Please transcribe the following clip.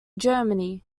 germany